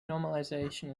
normalization